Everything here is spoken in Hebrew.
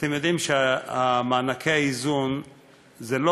הוא לא מיקם את האיום האסטרטגי הזה בצי"ח,